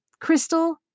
crystal